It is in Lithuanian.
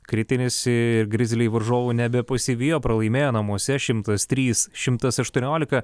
kritinis ir grizliai varžovų nebepasivijo pralaimėjo namuose šimtas trys šimtas aštuoniolika